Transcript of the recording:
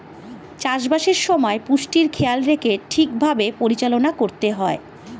চাষ বাসের সময় পুষ্টির খেয়াল রেখে ঠিক ভাবে পরিচালনা করতে হয়